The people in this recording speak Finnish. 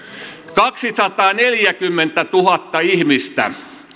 kaksisataaneljäkymmentätuhatta ihmistä